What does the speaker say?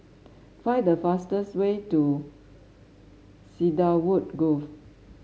find the fastest way to Cedarwood Grove